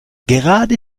gerade